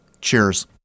Cheers